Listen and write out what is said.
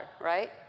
right